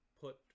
put